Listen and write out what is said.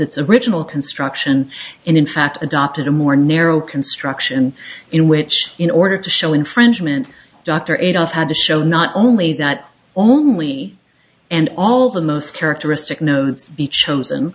its original construction and in fact adopted a more narrow construction in which in order to show infringement dr adolph had to show not only that only and all the most characteristic notes be chosen